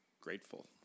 grateful